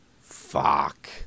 Fuck